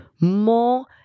more